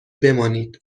بمانید